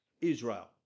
Israel